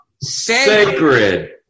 sacred